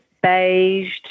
beige